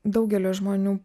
daugelio žmonių